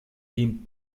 jean